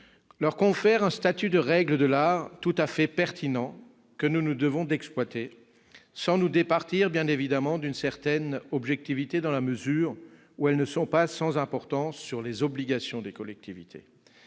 leur confère un statut de règle de l'art tout à fait pertinent que nous nous devons d'exploiter, sans nous départir bien évidemment d'une certaine objectivité, dans la mesure où elles ne sont pas sans importance sur les obligations des collectivités.